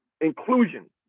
inclusion